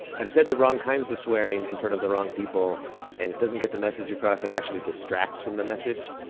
i said the wrong kinds of swearing in front of the wrong people and it doesn't get the message across it actually distracts from the message.